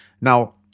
now